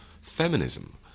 feminism